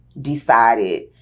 decided